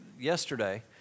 yesterday